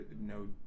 no